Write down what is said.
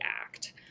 act